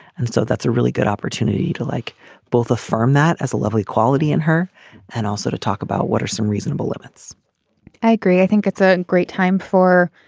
and so that's a really good opportunity to like both affirm that as a lovely quality in her and also to talk about what are some reasonable limits i agree. i think it's a great time for.